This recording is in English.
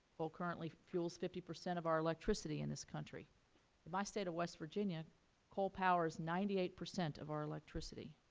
coal currently fuels fifty percent of our electricity in country. in my state of west virginia coal power is ninety eight percent of our electricity.